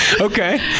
Okay